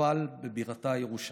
נפל בבירתה, ירושלים.